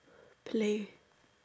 play